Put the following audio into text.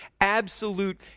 absolute